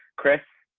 chris.